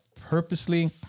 purposely